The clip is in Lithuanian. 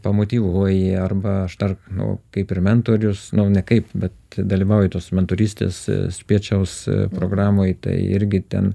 pamotyvuoji arba aš dar nu kaip ir mentorius ne kaip bet dalyvauju tos mentorystės spiečiaus programoj tai irgi ten